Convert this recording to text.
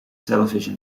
television